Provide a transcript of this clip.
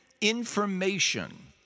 information